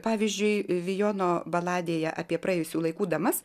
pavyzdžiui vijono baladėje apie praėjusių laikų damas